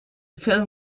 film